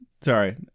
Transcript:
Sorry